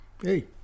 Hey